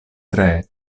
tre